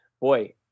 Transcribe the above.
Boy